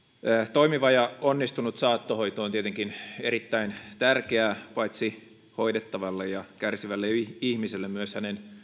toimiva ja onnistunut saattohoito on tietenkin erittäin tärkeä paitsi hoidettavalle ja kärsivälle ihmiselle myös hänen